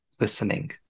listening